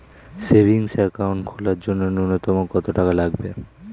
Savings account খোলার জন্য নূন্যতম কত টাকা লাগবে?